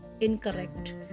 incorrect